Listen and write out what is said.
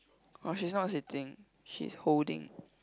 oh she's not sitting she's holding